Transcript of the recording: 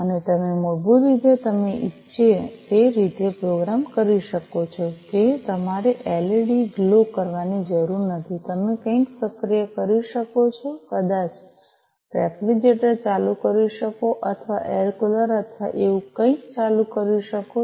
અને તમે મૂળભૂત રીતે તમે ઇચ્છો તે રીતે પ્રોગ્રામ કરી શકો છો કે તમારે એલઇડી ગ્લો કરવાની જરૂર નથી તમે કંઈક સક્રિય કરી શકો છો કદાચ રેફ્રિજરેટર ચાલુ કરી શકો છો અથવા એર કૂલર અથવા એવું કંઈક ચાલુ કરી શકો છો